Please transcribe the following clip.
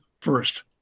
first